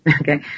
Okay